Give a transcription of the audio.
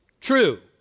true